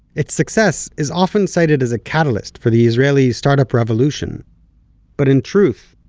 its success is often cited as a catalyst for the israeli startup revolution but in truth,